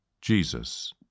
Jesus